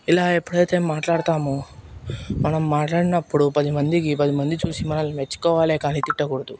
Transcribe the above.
ఇలా ఎప్పుడైతే మాట్లాడుతామో మనం మాట్లాడినప్పుడు పదిమందికి పదిమంది చూసి మనల్ని మెచ్చుకోవాలే కానీ తిట్టకూడదు